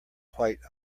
quite